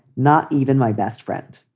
not even my best friend.